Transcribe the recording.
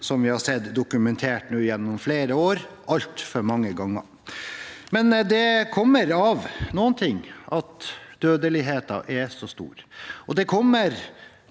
vi har sett dokumentert nå gjennom flere år, altfor mange ganger. Det kommer av noe at dødeligheten er så stor, og det kommer